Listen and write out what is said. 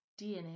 DNA